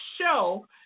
show